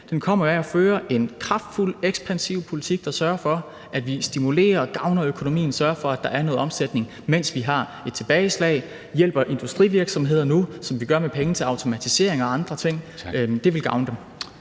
Den kommer jo af at føre en kraftfuld, ekspansiv politik, der sørger for, at vi stimulerer og gavner økonomien og sørger for, at der er noget omsætning, mens vi har et tilbageslag, og hjælper industrivirksomheder nu, som vi gør med penge til automatisering og andre ting. Det vil gavne dem.